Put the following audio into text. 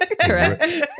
Correct